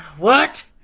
what?